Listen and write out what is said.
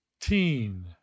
Teen